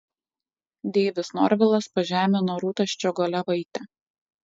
deivis norvilas pažemino rūtą ščiogolevaitę